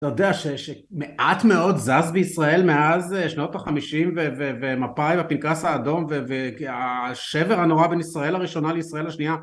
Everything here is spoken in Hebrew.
אתה יודע שמעט מאוד זז בישראל מאז שנות החמישים ומפאי והפנקס האדום והשבר הנורא בין ישראל הראשונה לישראל השנייה